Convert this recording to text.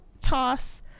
toss